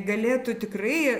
galėtų tikrai